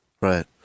Right